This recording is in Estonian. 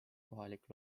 kohalik